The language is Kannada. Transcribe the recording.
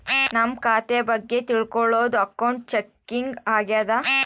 ನಮ್ ಖಾತೆ ಬಗ್ಗೆ ತಿಲ್ಕೊಳೋದು ಅಕೌಂಟ್ ಚೆಕಿಂಗ್ ಆಗ್ಯಾದ